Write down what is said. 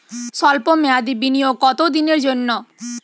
সল্প মেয়াদি বিনিয়োগ কত দিনের জন্য?